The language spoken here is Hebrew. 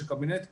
שהקבינט ישוחח,